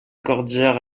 cordillère